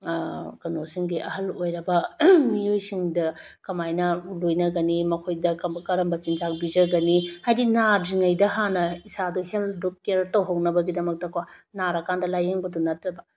ꯀꯩꯅꯣꯁꯤꯡꯒꯤ ꯑꯍꯜ ꯑꯣꯏꯔꯕ ꯃꯤꯑꯣꯏꯁꯤꯡꯗ ꯀꯃꯥꯏꯅ ꯂꯣꯏꯅꯒꯅꯤ ꯃꯈꯣꯏꯗ ꯀꯥꯔꯝꯕ ꯆꯤꯟꯖꯥꯛ ꯄꯤꯖꯒꯅꯤ ꯍꯥꯏꯗꯤ ꯅꯥꯗ꯭ꯔꯤꯉꯩꯗ ꯍꯥꯟꯅ ꯏꯁꯥꯗꯣ ꯍꯦꯜꯠꯇꯣ ꯀꯤꯌꯔ ꯇꯧꯍꯧꯅꯕꯒꯤꯗꯃꯛꯇꯀꯣ ꯅꯔꯀꯥꯟꯗ ꯂꯥꯏꯌꯦꯡꯕꯗꯣ ꯅꯠꯇꯕ